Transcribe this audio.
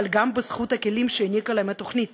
אבל גם בזכות הכלים שהעניקה להם התוכנית.